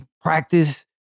practice